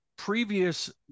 Previous